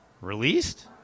released